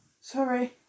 Sorry